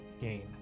gain